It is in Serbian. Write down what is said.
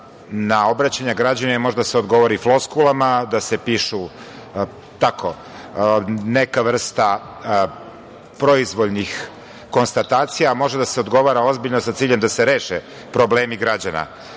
na obraćanje građanima može da se odgovori floskulama da se piše neka vrsta proizvoljnih konstatacija, a može da se odgovora ozbiljno sa ciljem da se reše problemi građana.